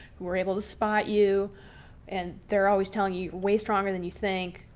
who are able to spot you and they're always telling you ways stronger than you think.